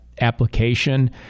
application